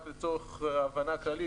רק לצורך הבנה כללית,